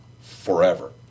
forever